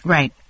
Right